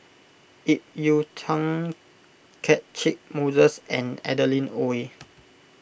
Ip Yiu Tung Catchick Moses and Adeline Ooi